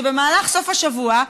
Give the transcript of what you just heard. שבמהלך סוף השבוע,